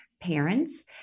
parents